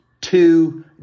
two